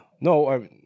No